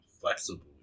flexible